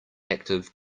active